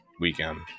weekend